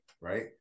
Right